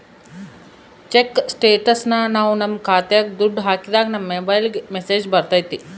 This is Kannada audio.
ಚೆಕ್ ಸ್ಟೇಟಸ್ನ ನಾವ್ ನಮ್ ಖಾತೆಗೆ ದುಡ್ಡು ಹಾಕಿದಾಗ ನಮ್ ಮೊಬೈಲ್ಗೆ ಮೆಸ್ಸೇಜ್ ಬರ್ತೈತಿ